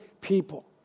people